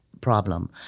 problem